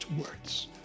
words